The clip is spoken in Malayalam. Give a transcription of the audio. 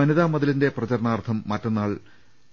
വനിതാമതിലിന്റെ പ്രചരണാർത്ഥം മറ്റന്നാൾ